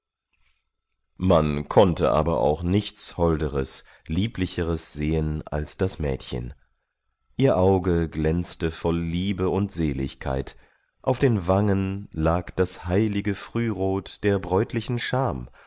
man konnte aber auch nichts holderes lieblicheres sehen als das mädchen ihr auge glänzte voll liebe und seligkeit auf den wangen lag das heilige frührot der bräutlichen scham